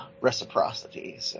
reciprocity